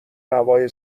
هوای